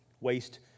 Waste